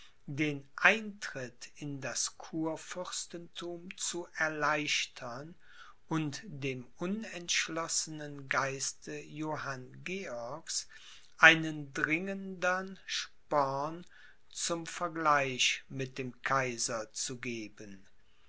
den eintritt in das kurfürstenthum zu erleichtern und dem unentschlossenen geiste johann georgs einen dringendern sporn zum vergleich mit dem kaiser zu geben